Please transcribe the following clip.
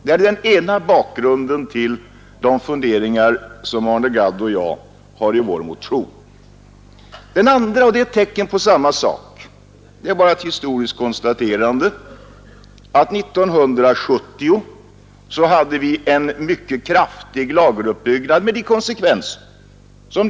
Det är den ena anledningen till de funderingar som herr Gadd och jag har fört fram i vår motion. Den andra anledningen är ett tecken på samma sak; det är ett historiskt konstaterande, nämligen att 1970 förekom en mycket kraftig lageruppbyggnad med åtföljande konsekvenser.